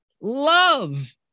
love